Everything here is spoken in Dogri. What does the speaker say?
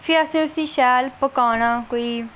फ्ही असें उसी शैल पकाना कोई